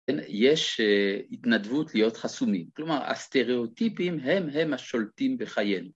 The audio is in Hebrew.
יש התנדבות להיות חסומים, כלומר הסטריאוטיפים הם הם השולטים בחיינו.